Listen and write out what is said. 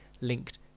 linked